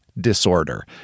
disorder